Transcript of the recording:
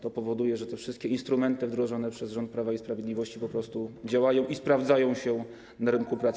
To powoduje, że te wszystkie instrumenty wdrożone przez rząd Prawa i Sprawiedliwości po prostu działają i sprawdzają się na rynku pracy.